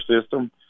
system